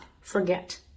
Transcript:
forget